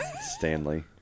Stanley